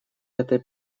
этой